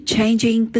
Changing